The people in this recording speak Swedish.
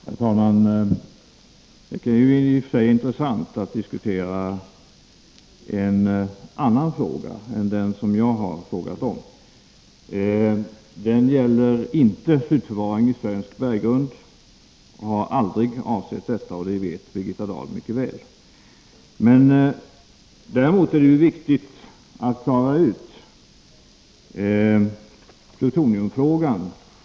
Nr 16 Herr talman! Det kan ju i och för sig vara intressant att diskutera en annan Torsdagen den fråga än den som jag har ställt. Den energiministern tar upp gäller inte 27 oktober 1983 slutförvaring i svensk berggrund och har aldrig avsett detta, och det vet Birgitta Dahl mycket väl. Däremot är det viktigt att direkt i det här : RS Om uttalande rösammanhanget klara ue plutonjumfrågan.